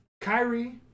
Kyrie